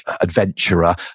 adventurer